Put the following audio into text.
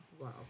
Wow